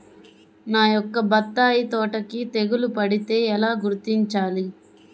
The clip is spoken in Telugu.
నా యొక్క బత్తాయి తోటకి తెగులు పడితే ఎలా గుర్తించాలి?